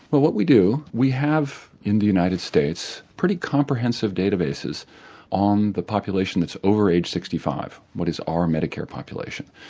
but what we do is we have in the united states pretty comprehensive data bases on the population that's over age sixty five, what is our medicare population.